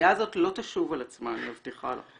השגיאה הזאת לא תשוב על עצמה, אני מבטיחה לך.